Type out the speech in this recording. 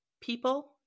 people